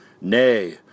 Nay